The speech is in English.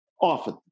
often